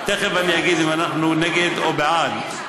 תכף אני אגיד אם אנחנו נגד או בעד.